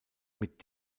mit